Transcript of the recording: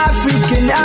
African